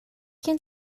gen